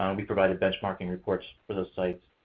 um we provided benchmarking reports for those sites.